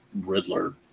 Riddler